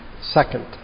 second